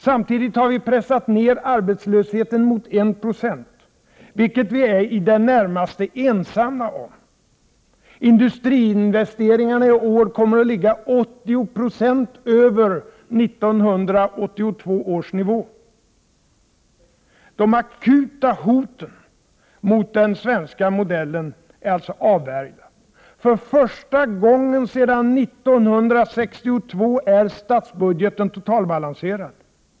Samtidigt har vi pressat ner arbetslösheten mot 1 96, vilket vi är i det närmaste ensamma om. Industriinvesteringarna kommer i år att ligga inte mindre än 80 96 över 1982 års nivå. De akuta hoten mot den svenska modellen är avvärjda. För första gången sedan 1962 är statsbudgeten totalbalanserad.